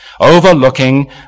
overlooking